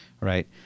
right